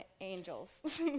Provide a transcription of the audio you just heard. angels